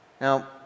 Now